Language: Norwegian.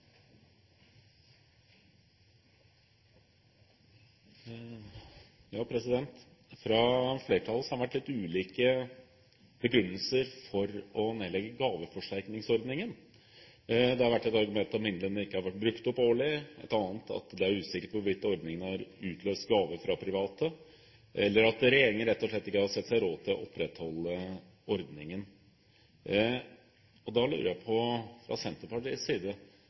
Fra flertallet har det vært litt ulike begrunnelser for å nedlegge gaveforsterkningsordningen. Det har vært et argument at midlene ikke har vært brukt opp årlig, et annet at det er usikkert hvorvidt ordningen har utløst gaver fra private, eller at regjeringen rett og slett ikke har sett seg råd til å opprettholde ordningen. Da lurer jeg på